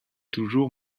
toujours